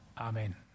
Amen